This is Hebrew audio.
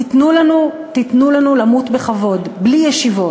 תיתנו לנו למות בכבוד, בלי ישיבות.